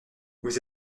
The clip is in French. vous